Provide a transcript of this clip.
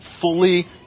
fully